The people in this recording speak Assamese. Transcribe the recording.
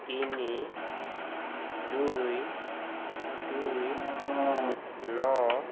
তিনি দুই দুই ন